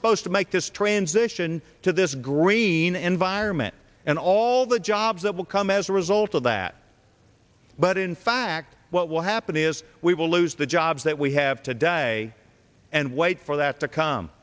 supposed to make this transition to this green environment and all the jobs that will come as a result of that but in fact what will happen is we will lose the jobs that we have today and wait for that to c